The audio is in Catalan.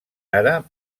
ara